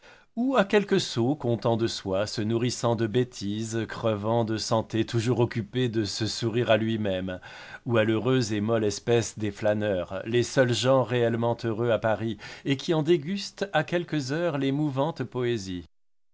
ou à quelque sot content de lui-même se nourrissant de bêtise crevant de santé toujours occupé de se sourire à lui-même ou à l'heureuse et molle espèce des flâneurs les seuls gens réellement heureux à paris et qui en dégustent à chaque heure les mouvantes poésies